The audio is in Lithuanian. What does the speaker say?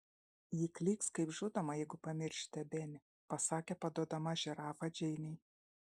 ji klyks kaip žudoma jeigu pamiršite benį pasakė paduodama žirafą džeinei